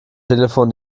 telefon